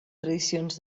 tradicions